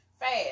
Fast